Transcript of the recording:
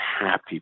happy